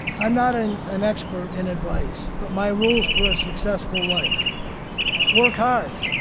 i'm not an an expert in advice, but my rules for a successful life work hard.